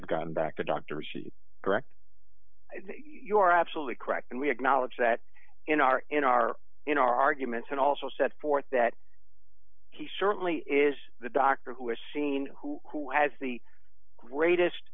have gotten back the doctor's correct you are absolutely correct and we acknowledge that in our in our in our arguments and also set forth that he certainly is the doctor who is seen who has the greatest